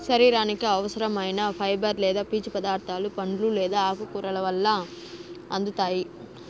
శరీరానికి అవసరం ఐన ఫైబర్ లేదా పీచు పదార్థాలు పండ్లు లేదా ఆకుకూరల వల్ల అందుతాయి